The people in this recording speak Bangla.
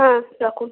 হ্যাঁ রাখুন